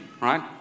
right